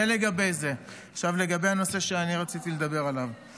היא לא הייתה חייבת להביא את זה לכנסת.